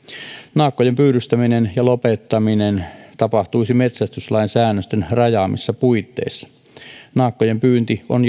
naakkojen pyydystäminen ja lopettaminen tapahtuisi metsästyslain säännösten rajaamissa puitteissa naakkojen pyynti on